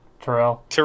Terrell